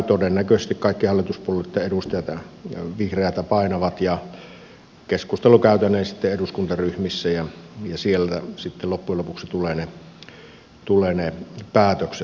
todennäköisesti kaikki hallituspuolueitten edustajat vihreätä painavat ja keskustelu käytäneen sitten eduskuntaryhmissä ja sieltä sitten loppujen lopuksi tulevat ne päätökset aikaiseksi